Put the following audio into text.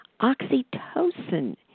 oxytocin